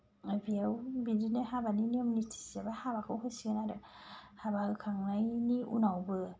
बेयाव बिदिनो हाबानि नियम निथिसेबा हाबाखौ होसिगोन आरो हाबा होखांनायनि उनावबो